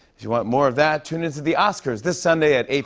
you want more of that, tune into the oscars this sunday at eight